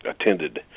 attended